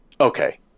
okay